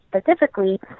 specifically